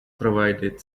provided